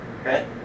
Okay